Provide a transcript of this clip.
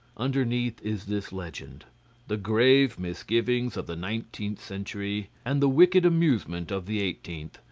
underneath is this legend the grave misgivings of the nineteenth century, and the wicked amusement of the eighteenth,